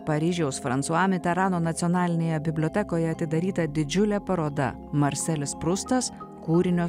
paryžiaus fransua miterano nacionalinėje bibliotekoje atidaryta didžiulė paroda marselis prustas kūrinio